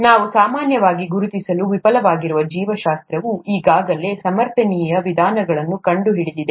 ನಾವು ಸಾಮಾನ್ಯವಾಗಿ ಗುರುತಿಸಲು ವಿಫಲರಾಗಿರುವುದು ಜೀವಶಾಸ್ತ್ರವು ಈಗಾಗಲೇ ಸಮರ್ಥನೀಯ ವಿಧಾನಗಳನ್ನು ಕಂಡುಕೊಂಡಿದೆ